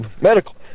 Medical